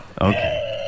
Okay